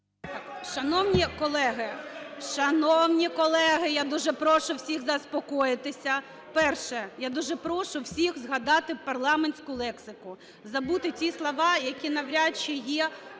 Шановні колеги, я дуже прошу всіх заспокоїтися. Перше. Я дуже прошу всіх загадати парламентську лексику, забути ті слова, які навряд чи є